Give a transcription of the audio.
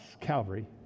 calvary